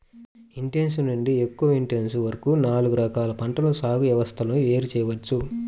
intensive నుండి ఎక్కువ intensive వరకు నాలుగు రకాల పంటల సాగు వ్యవస్థలను వేరు చేయవచ్చు